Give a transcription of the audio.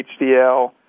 HDL